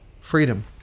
freedom